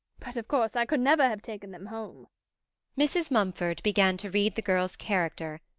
but, of course, i could never have taken them home mrs. mumford began to read the girl's character,